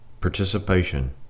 Participation